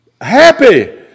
happy